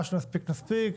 מה שנספיק - נספיק,